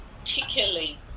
particularly